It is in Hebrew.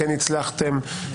כן הצלחתם?